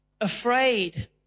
afraid